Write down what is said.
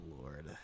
Lord